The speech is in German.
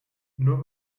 nur